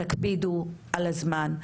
תקפידו על הזמן,